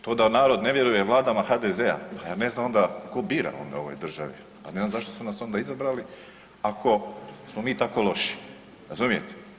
To da narod ne vjeruje vladama HDZ-a, ha ja ne znam onda tko bira u ovoj državi, pa ne znam zašto su nas onda izabrali ako smo mi tako loši, razumijete.